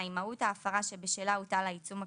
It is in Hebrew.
מהות ההפרה שבשלה הוטל העיצום הכספי,